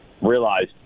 realized